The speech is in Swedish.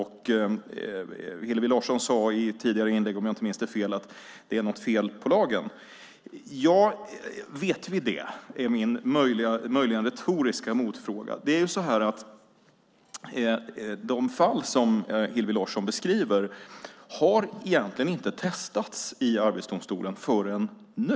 Hillevi Larsson sade i ett tidigare inlägg, om jag inte minns fel, att det är något fel på lagen. Vet vi det? Det är min möjligen retoriska motfråga. De fall som Hillevi Larsson beskriver har ju egentligen inte testats i Arbetsdomstolen förrän nu.